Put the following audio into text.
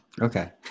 Okay